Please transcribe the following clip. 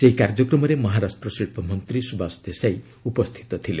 ସେହି କାର୍ଯ୍ୟକ୍ରମରେ ମହାରାଷ୍ଟ୍ର ଶିଳ୍ପ ମନ୍ତ୍ରୀ ସୁବାସ ଦେଶାଇ ଉପସ୍ଥିତ ଥିଲେ